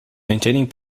maintaining